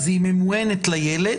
אז היא ממוענת לילד,